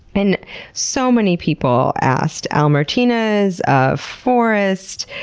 and so many people asked, al martinez, ah forrest,